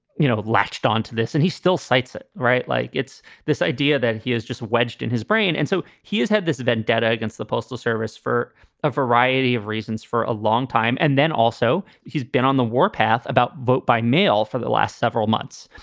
you know, latched on to this and he still cites it. right. like it's this idea that he is just wedged in his brain. and so he has have this vendetta against the postal service for a variety of reasons for a long time. and then also he's been on the warpath about vote by mail for the last several months.